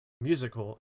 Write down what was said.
musical